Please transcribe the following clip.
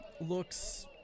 looks